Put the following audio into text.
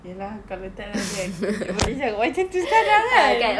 ya lah kalau tak lah kan indonesia buat macam itu sekarang kan